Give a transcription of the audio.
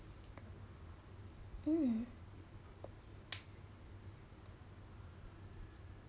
mm